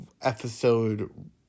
episode